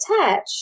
attach